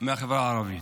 מהחברה הערבית.